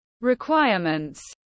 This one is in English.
requirements